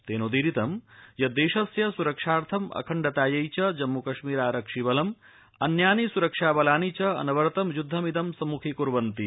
तनोदीरित यत् देशस्य सुरक्षार्थम अखण्डतायचि जम्म कश्मीरारक्षि बलम अन्यानि सुरक्षा बलानि च अविरत युद्धमिद सम्मुखीकुर्वन्ति